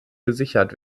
gesichert